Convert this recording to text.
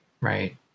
Right